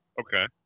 Okay